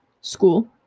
school